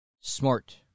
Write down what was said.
smart